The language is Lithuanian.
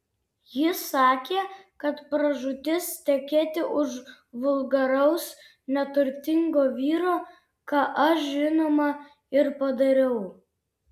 ji sakė kad pražūtis tekėti už vulgaraus neturtingo vyro ką aš žinoma ir padariau